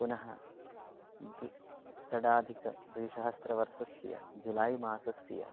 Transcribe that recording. पुनः द्वि षडधिकद्विसहस्रवर्षस्य जुलै मासस्य